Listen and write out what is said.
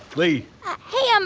lee hey, um